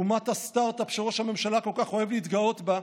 אומת הסטרטאפ, שראש הממשלה כל כך אוהב להתגאות בה,